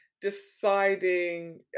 deciding